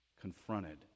confronted